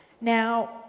Now